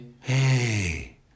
Hey